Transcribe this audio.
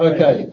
Okay